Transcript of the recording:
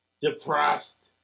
depressed